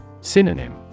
Synonym